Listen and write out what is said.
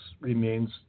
remains